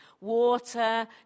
water